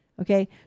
Okay